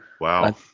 Wow